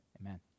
amen